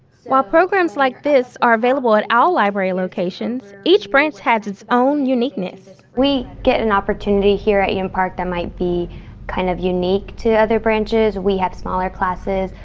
while programs like this are available at all library locations, each branch has its own uniqueness. we get an opportunity here, at eden and park that might be kind of unique to other branches. we have smaller classes,